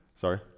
Sorry